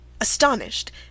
Astonished